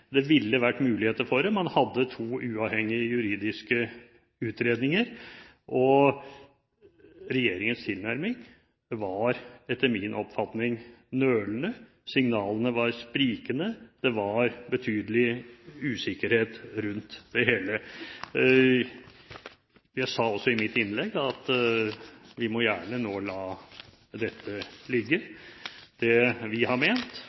Det ville vært muligheter for det, man hadde to uavhengige juridiske utredninger, og regjeringens tilnærming var etter min oppfatning nølende, signalene var sprikende, og det var betydelig usikkerhet rundt det hele. Jeg sa også i mitt innlegg at vi gjerne må la dette ligge. Det vi har ment,